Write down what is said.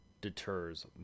deters